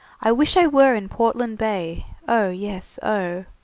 i wish i were in portland bay, oh, yes, oh!